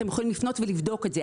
אתם יכולים לפנות ולבדוק את זה,